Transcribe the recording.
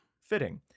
Fitting